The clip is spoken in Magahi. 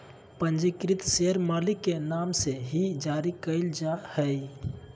पंजीकृत शेयर मालिक के नाम से ही जारी क़इल जा हइ